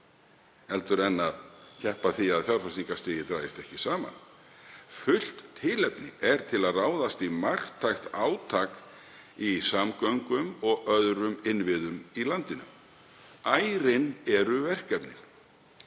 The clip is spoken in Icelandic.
hærra en að keppa að því að fjárfestingarstigið dragist ekki saman. Fullt tilefni er til að ráðast í marktækt átak í samgöngum og öðrum innviðum í landinu. Ærin eru verkefnin.